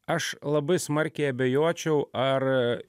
aš labai smarkiai abejočiau ar